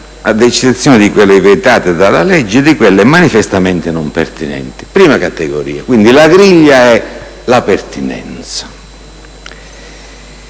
ad eccezione di quelle vietate dalla legge e di quelle manifestamente non pertinenti. Questa è la prima categoria. Quindi la griglia è la pertinenza.